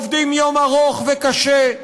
עובדים יום ארוך וקשה,